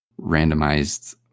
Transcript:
randomized